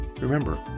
Remember